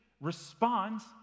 responds